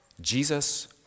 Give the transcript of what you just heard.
Jesus